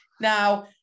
Now